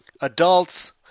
adults